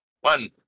One